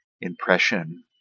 impression